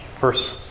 first